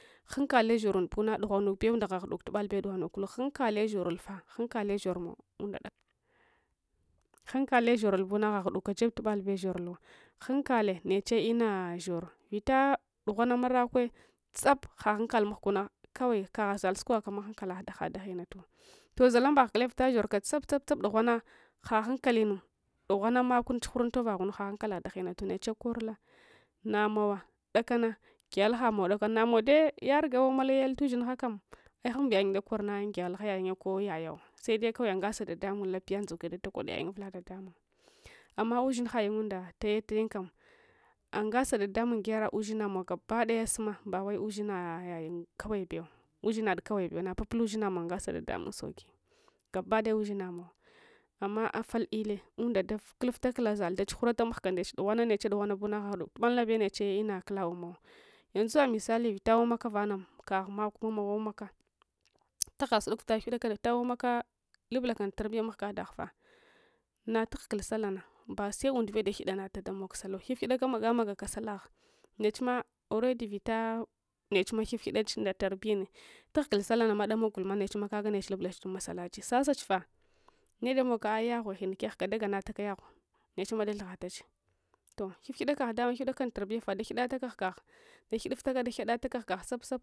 Hankale shorul buna dughwanubew nda ghaghuduk tubal bew ɗughwanku hankale shorul fah hankale shorumow unɗa ɗak hankale shorul bunaghaghuduka jeb tubal bew shoruluw hankale neche ina shor vlta duguwana marakwe tsap haghankal mahguna kawai kagha zau sukwaghama hankallah haɗa ghinatu toh’ zalamɗagh guleng vita shorka tsap tsap tsap dughuwana haghankalin dughwana makuntsuguur untobaghun haghankalagh daghinatu neche korulla namowa dakana gyaghalghamow ɗakana nana ɗae yanuga wawumal yayaltushinghakam ai’ ghumbyayung ɗakurna ungyaghalha yayunye ko yayawa sede kawai ungasa ɗaɗamung lapya ndzuke datakod yayung uvula dadamung amma ushinghayungunda tayauayung kana ungase ɗaɗmung gyara ushinamow gaɗa ɗaya suma bawe ushinayayun kawai baew ushinad kawai bew napapula ushinamow ungasa ɗaɗamung sauksi gabadaya ushina mow amma afal ille unda daf kuluftakula zau da chuguurata manga ndech dughuwana neche dughuwana buna ghaghuduk tubalnabe neche lnakula umawo yanzu a misali vita wawumaks vana kagh makw wawumaka taghasudok vita ghifghidaka lublaka un tarbiya mahga daghifah natughugul sallah nad mbaz basz unde daghiɗanata ɗamog sallu ghifghidka magamegaka sallah nechma already vita nechma ghifghiɗach nɗa tarbiying tughugul sallah nama damog vulma neehma kaga neehma lublach dun masallachi sasach fah neɗamogka ah’ yaghweghinkeghka daganataka yaghuwe neehma dathughalache toh ghifghida kagh dama ghifghidaka nd’ a tarbiya daghidataka ghugah dagmduftaka daghidataka ghugah tsap tsap